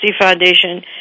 Foundation